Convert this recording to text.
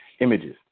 images